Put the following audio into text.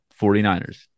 49ers